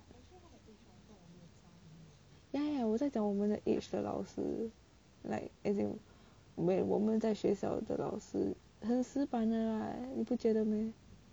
ya ya 我在讲我们的 age 的老师 like as in when 我们在学校的老师很死板的啦你不觉得 meh